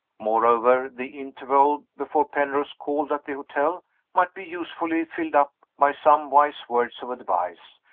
moreover, the interval before penrose called at the hotel might be usefully filled up by some wise words of advice,